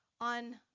on